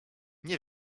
nie